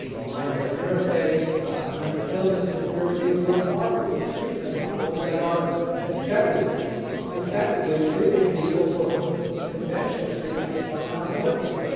the mind brain interface, about mental illness. and there are these remarkable treatment models that are effectively effectively treating people for whom conventional treatments are not working.